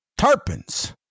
Tarpons